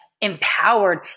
empowered